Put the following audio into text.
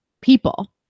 people